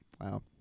Wow